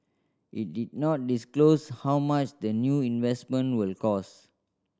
it did not disclose how much the new investment will cost